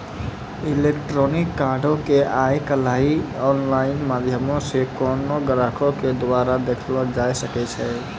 electronic कार्डो के आइ काल्हि आनलाइन माध्यमो से कोनो ग्राहको के द्वारा देखलो जाय सकै छै